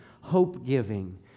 hope-giving